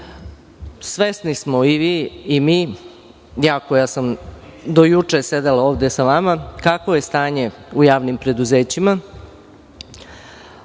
smo i vi i mi, ja koja sam do juče sedela ovde sa vama, kakvo je stanje u javnim preduzećima,